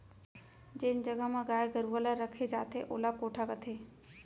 जेन जघा म गाय गरूवा ल रखे जाथे ओला कोठा कथें